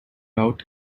out